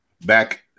back